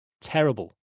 terrible